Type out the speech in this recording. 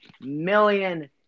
million